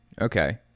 Okay